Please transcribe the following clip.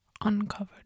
uncovered